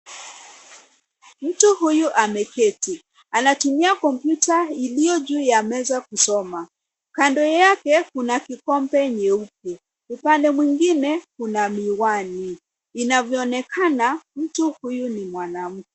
Mtu huyu ameketi. Anatumia kompyuta iliyo juu ya meza kusoma. Kando yake kuna kikombe nyeupe. Upande mwingine kuna miwani. Inavyoonekana mtu huyu ni mwanamke.